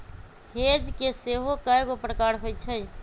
hedge के सेहो कएगो प्रकार होइ छै